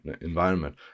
environment